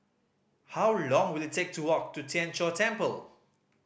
how long will it take to walk to Tien Chor Temple